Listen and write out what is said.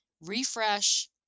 refresh